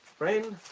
brain?